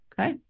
okay